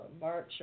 march